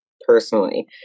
Personally